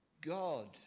god